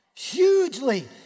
Hugely